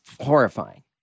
horrifying